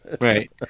Right